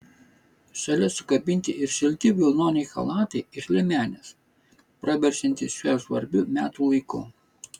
šalia sukabinti ir šilti vilnoniai chalatai ir liemenės praverčiantys šiuo žvarbiu metų laiku